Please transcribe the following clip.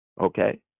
Okay